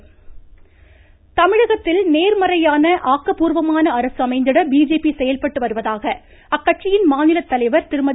மமமமமம தமிழிசை தமிழகத்தில் நேர்மறையான ஆக்கப்பூர்வமான அரசு அமைந்திட பிஜேபி செயல்பட்டு வருவதாக அக்கட்சியின் மாநில தலைவர் திருமதி